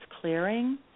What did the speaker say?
clearing